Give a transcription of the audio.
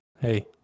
Hey